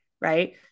Right